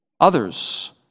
Others